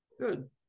Good